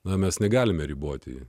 na mes negalime riboti